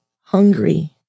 hungry